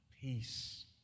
peace